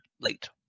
late